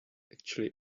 actually